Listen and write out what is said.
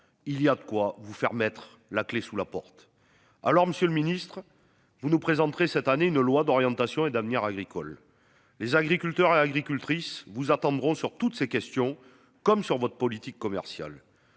Il y a de quoi vous faire mettre la clé sous la porte. Alors Monsieur le Ministre, vous nous présenterez cette année une loi d'orientation et d'avenir agricole les agriculteurs et agricultrices vous attendront sur toutes ces questions comme sur votre politique commerciale.